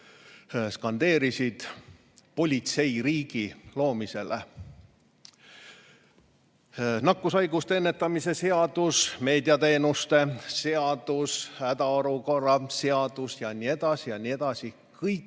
skandeerisid, politseiriigi loomisele. Nakkushaiguste ennetamise seadus, meediateenuste seadus, hädaolukorra seadus jne – kõik need viisid